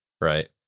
right